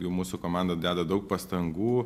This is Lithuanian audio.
jau mūsų komanda deda daug pastangų